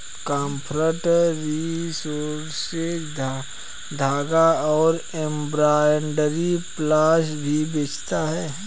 craft resources धागा और embroidery floss भी बेचता है